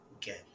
get